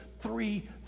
three